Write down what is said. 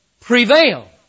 prevail